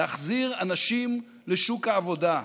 להחזיר אנשים לשוק העבודה.